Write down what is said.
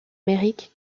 amérique